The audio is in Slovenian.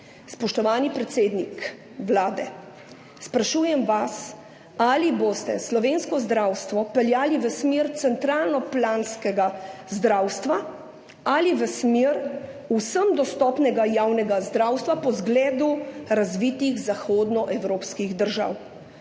Spoštovani predsednik Vlade, sprašujem vas: Ali boste slovensko zdravstvo peljali v smer centralno-planskega zdravstva ali v smer vsem dostopnega javnega zdravstva po zgledu razvitih zahodnoevropskih držav?